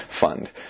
Fund